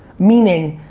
meaning,